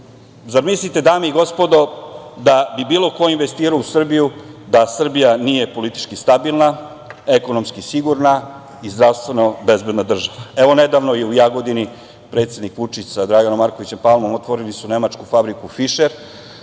Zamislite, dame i gospodo, da bi bilo ko investirao u Srbiju da Srbija nije politički stabilna, ekonomski sigurna i zdravstveno bezbedna država. Evo, nedavno je u Jagodini predsednik Vučić sa Draganom Markovićem Palmom, otvorili su nemačku fabriku „Fišer“,